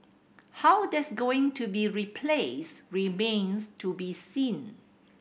how that's going to be replaced remains to be seen